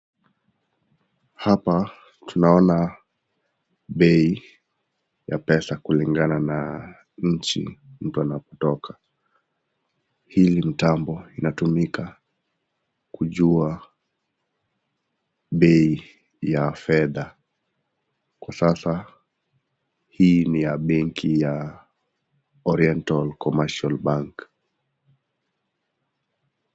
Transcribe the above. Hapa tunaona bei ya pesa kulingana na nchi mtu anayotoka. Hili mtambo inatumika kujua bei ya fedha. Kwa sasa hii ni ya benki ya Oriental Commercial Bank.